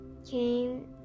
came